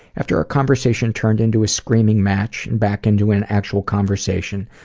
after our conversation turned into a screaming match and back into an actual conversation,